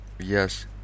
Yes